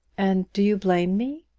and do you blame me?